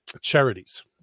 charities